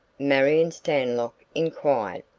marion stanlock inquired.